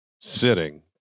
sitting